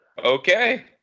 Okay